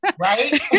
Right